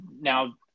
now